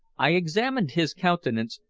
i examined his countenance,